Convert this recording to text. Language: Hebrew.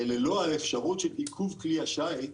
ללא האפשרות של עיכוב כלי השיט,